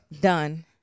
done